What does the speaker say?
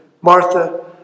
Martha